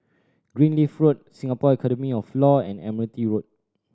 Greenleaf Road Singapore Academy of Law and Admiralty Road